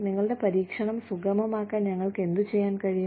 നിങ്ങളുടെ പരീക്ഷണം സുഗമമാക്കാൻ ഞങ്ങൾക്ക് എന്തുചെയ്യാൻ കഴിയും